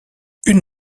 une